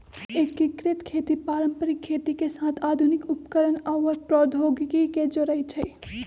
एकीकृत खेती पारंपरिक खेती के साथ आधुनिक उपकरणअउर प्रौधोगोकी के जोरई छई